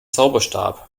zauberstab